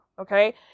Okay